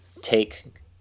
take